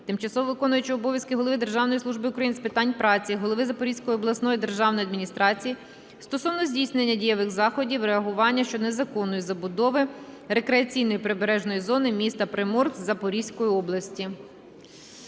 тимчасово виконуючого обов'язки Голови Державної служби України з питань праці, голови Запорізької обласної державної адміністрації стосовно здійснення дієвих заходів реагування щодо незаконної забудови рекреаційної прибережної зони міста Приморськ Запорізької області.